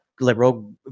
Liberal